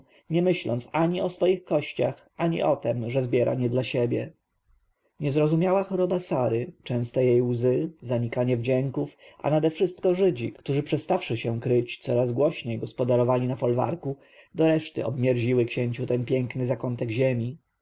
nie myśląc ani o swoich kościach ani o tem że zbiera nie dla siebie niezrozumiała choroba sary częste jej łzy zanikanie wdzięków a nadewszystko żydzi którzy przestawszy się kryć coraz głośniej gospodarowali na folwarku do reszty obmierziły księciu ten piękny zakątek ziemi